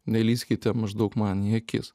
nelįskite maždaug man į akis